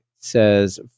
says